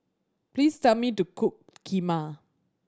please tell me to cook Kheema